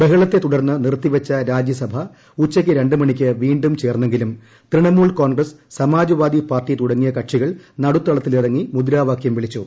ബഹളിത്ത് തുടർന്ന് നിർത്തി വച്ച രാജ്യസഭ ഉച്ചയ്ക്ക് രണ്ട മണ്ടിക്ക് വീണ്ടും ചേർന്നെങ്കിലും തൃണമൂൽ കോൺഗ്രസ് സമാജ്പ്പാദി പാർട്ടി തുടങ്ങിയ കക്ഷികൾ നടുത്തളത്തിലിറങ്ങി മുദ്രാവാക്യം വിളിച്ചു